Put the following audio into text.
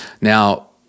Now